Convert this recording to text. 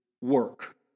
work